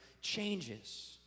changes